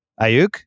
Ayuk